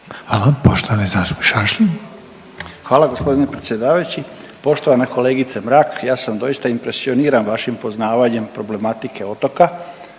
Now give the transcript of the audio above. **Šašlin, Stipan (HDZ)** Hvala g. predsjedavajući. Poštovana kolegice Mrak, ja sam doista impresioniran vašim poznavanjem problematike otoka,